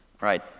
Right